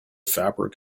fabric